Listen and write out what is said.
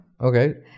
okay